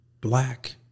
black